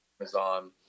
Amazon